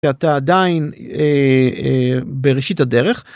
אתה עדיין בראשית הדרך.